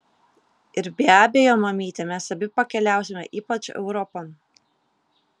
ir be abejo mamyte mes abi pakeliausime ypač europon